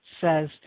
says